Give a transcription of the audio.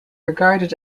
regarded